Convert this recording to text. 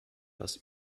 das